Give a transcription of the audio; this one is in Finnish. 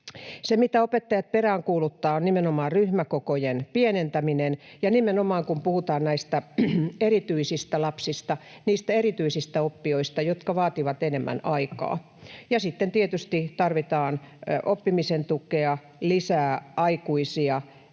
Se, mitä opettajat peräänkuuluttavat, on nimenomaan ryhmäkokojen pienentäminen ja nimenomaan, kun puhutaan näistä erityisistä lapsista, niistä erityisistä oppijoista, jotka vaativat enemmän aikaa. Sitten tietysti tarvitaan oppimisen tukea, lisää aikuisia,